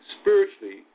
spiritually